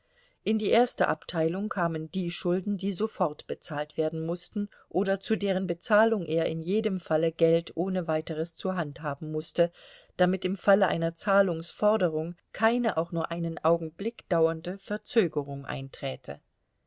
in die erste abteilung kamen die schulden die sofort bezahlt werden mußten oder zu deren bezahlung er in jedem falle geld ohne weiteres zur hand haben mußte damit im falle einer zahlungsforderung keine auch nur einen augenblick dauernde verzögerung einträte